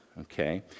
okay